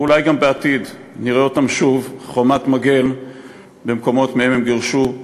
ואולי בעתיד גם נראה אותם שוב חומת מגן במקומות שמהם גורשו.